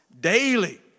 daily